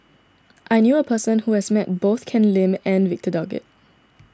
I knew a person who has met both Ken Lim and Victor Doggett